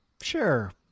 Sure